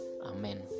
Amen